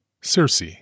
Circe